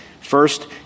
First